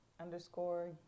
underscore